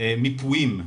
מיפויים.